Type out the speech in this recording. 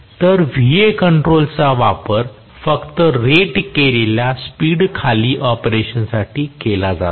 तर Va कंट्रोलचा वापर फक्त रेट केलेल्या स्पीड खाली ऑपरेशनसाठी केला जातो